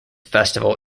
festival